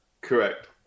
Correct